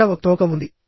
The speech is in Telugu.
అక్కడ ఒక తోక ఉంది